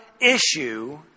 issue